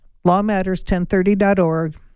Lawmatters1030.org